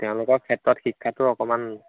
তেওঁলোক ক্ষেত্ৰত শিক্ষাতো অকণমান